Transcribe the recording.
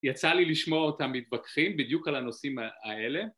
יצא לי לשמור את המתווכחים בדיוק על הנושאים האלה